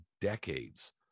decades